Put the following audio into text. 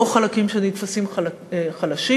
חלקים שנתפסים חלשים,